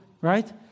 right